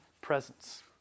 presence